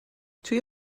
توی